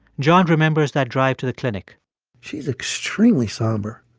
john remembers that drive to the clinic she's extremely somber,